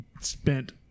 spent